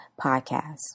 podcast